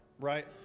right